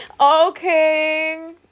Okay